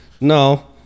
no